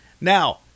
Now